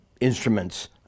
instruments